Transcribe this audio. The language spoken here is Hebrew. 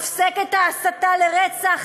הפסק את ההסתה לרצח,